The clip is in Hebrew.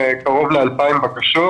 קרוב ל-2,000 בקשות